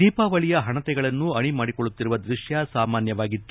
ದೀಪಾವಳಿಯ ಹಣತೆಗಳನ್ನು ಅಣಿ ಮಾಡಿಕೊಳ್ಳುತ್ತಿರುವ ದೃಶ್ಯ ಸಾಮಾನ್ಯವಾಗಿತ್ತು